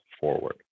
forward